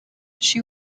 she